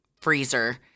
freezer